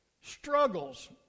struggles